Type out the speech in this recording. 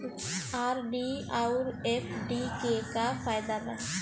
RD आउर FD के का फायदा बा?